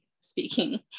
speaking